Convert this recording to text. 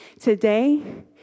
today